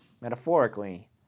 metaphorically